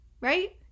right